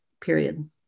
period